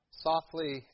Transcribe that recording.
Softly